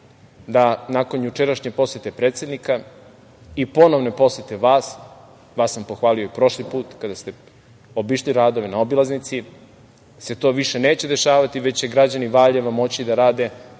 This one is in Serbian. nakon jučerašnje posete predsednika i ponovne posete vas, vas sam pohvalio i prošli put kada ste obišli radove na obilaznici, da se to više neće dešavati, već će građani Valjeva moći da žive